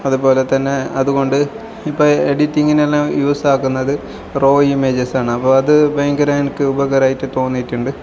അതുപ്പോലെ തന്നെ അതുകൊണ്ട് ഇപ്പം എഡിറ്റിങ്ങിനെല്ലാം യൂസ് ആക്കുന്നത് റോ ഇമേജസ്സാണ് അപ്പോൾ അത് ഭയങ്കര എനിക്ക് ഉപകരമായിട്ട് തോന്നിയിട്ടുണ്ട്